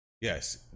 Yes